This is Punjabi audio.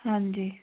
ਹਾਂਜੀ